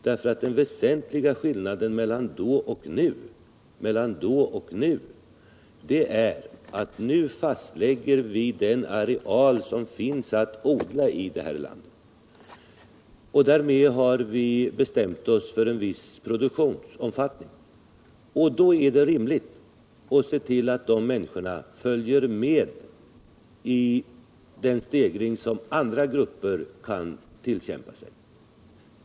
Den väsentliga skillnaden mellan då och nu är att nu fastlägger vi den areal som finns att odla i vårt land. Därmed har vi bestämt oss för en viss produktionsomfattning, och då är det rimligt att se till att de här människorna följer med i den stegring som andra grupper kan tillkämpa sig.